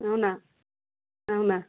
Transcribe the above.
అవునా అవునా